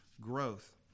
growth